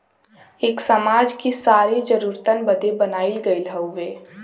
एक समाज कि सारी जरूरतन बदे बनाइल गइल हउवे